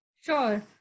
Sure